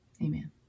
amen